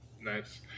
Nice